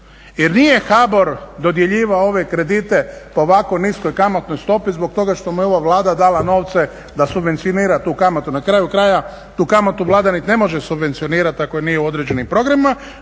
jer nije HBOR dodjeljivao ove kredite po ovako niskoj kamatnoj stopi zbog toga što mu je ova Vlada dala novce da subvencionira tu kamatu, na kraju krajeva, tu kamatu Vlada nit ne može subvencionirati ako nije u određenim programima